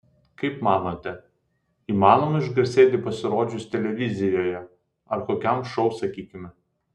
kaip manote įmanoma išgarsėti pasirodžius televizijoje ar kokiam šou sakykime